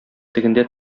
тегендә